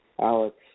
Alex